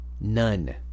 None